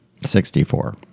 Sixty-four